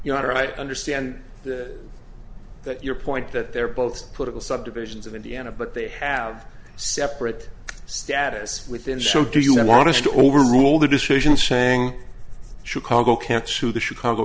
you know right understand that your point that they're both political subdivisions of indiana but they have separate status within so do you want to overrule the decision saying chicago can't sue the chicago